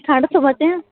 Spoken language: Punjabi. ਠੰਡ ਤੋਂ ਬਚੇ ਆ